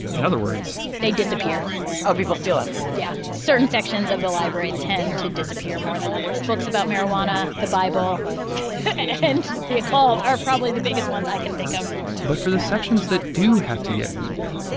in other words, they disappear oh, people steal them? yeah. certain sections of the library tend to disappear more than others. books about marijuana, the bible and the occult are probably the biggest ones i can think of but for the sections that do have to get weeded,